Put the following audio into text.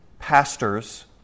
Pastors